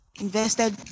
invested